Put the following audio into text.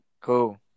Cool